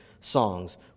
songs